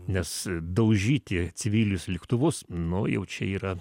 nes daužyti civilius lėktuvus nu jau čia yra